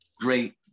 great